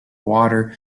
water